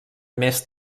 més